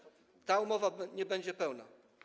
Ta umowa nie będzie pełna.